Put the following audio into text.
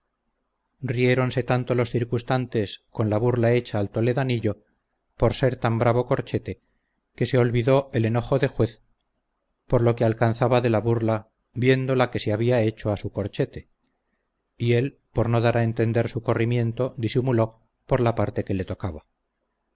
acuestas rieronse tanto los circunstantes con la burla hecha al toledanillo por ser tan bravo corchete que se olvidó el enojo de juez por lo que alcanzaba de la burla viendo la que se había hecho a su corchete y él por no dar a entender su corrimiento disimuló por la parte que le tocaba